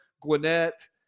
Gwinnett